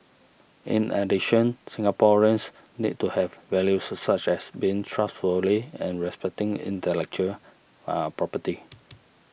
in addition Singaporeans need to have values such as being trustworthy and respecting intellectual property